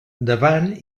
davant